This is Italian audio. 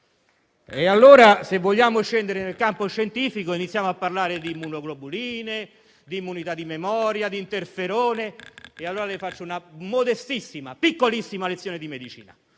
E allora, se vogliamo scendere in campo scientifico, iniziamo a parlare di immunoglobuline, di immunità di memoria e di interferone. Le faccio una modestissima e piccolissima lezione di medicina,